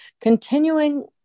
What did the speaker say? continuing